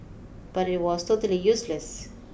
but it was totally useless